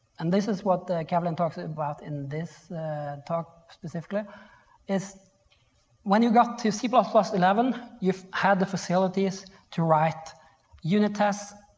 and this is what kevlin talks about in this talk specifically is when you got to c but ah so eleven, you had the facilities to write unit tests